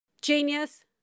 Genius